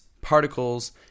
particles